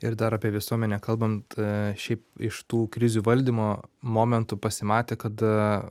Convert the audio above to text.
ir dar apie visuomenę kalbant šiaip iš tų krizių valdymo momentų pasimatė kad